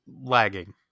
lagging